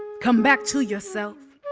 come back to yourself.